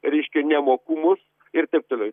reiškia nemokumus ir taip toliau